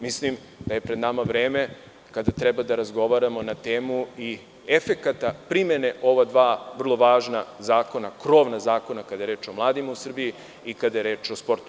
Mislim da je pred nama vreme kada treba da razgovaramo na temu i efekata primene ova dva vrlo važna zakona, krovna zakona kada je reč o mladima u Srbiji i kada je reč o sportu.